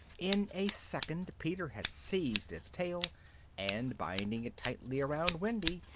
in a second peter had seized its tail and, binding it tightly round wendy,